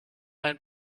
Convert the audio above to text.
ein